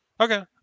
Okay